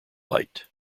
light